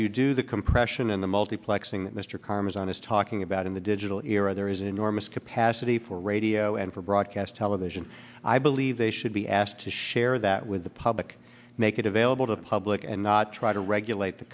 you do the compression in the multiplexing mr carson is talking about in the digital era there is enormous capacity for radio and for broadcast television i believe they should be asked to share that with the public make it available to the public and not try to regulate the